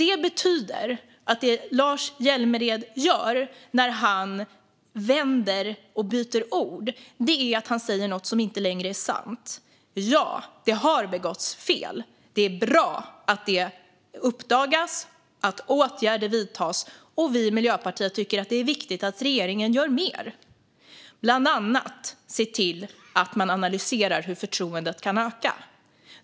Detta betyder att det som Lars Hjälmered gör när han vänder och byter ord är att säga något som inte längre är sant. Ja, det har begåtts fel. Det är bra att detta uppdagas och att åtgärder vidtas. Vi i Miljöpartiet tycker att det är viktigt att regeringen gör mer och bland annat ser till att analysera hur förtroendet kan öka.